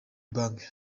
bank